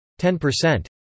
10%